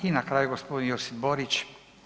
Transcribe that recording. I na kraju g. Josip Borić.